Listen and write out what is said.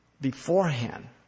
beforehand